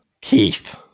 Keith